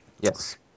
Yes